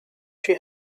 she